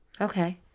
Okay